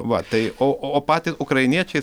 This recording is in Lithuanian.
va tai o o patys ukrainiečiai